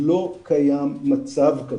לא קיים מצב כזה.